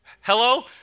Hello